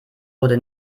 wurde